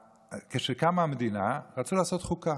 כשקמה המדינה, רצו לעשות חוקה.